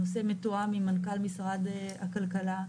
הנושא מתואם עם מנכ"ל משרד הכלכלה.